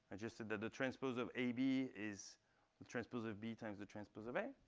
and just said that the transpose of ab is the transpose of b times the transpose of a.